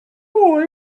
boy